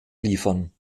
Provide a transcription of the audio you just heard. liefern